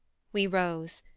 we rose,